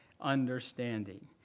understanding